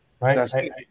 Right